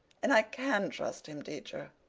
and i can trust him, teacher.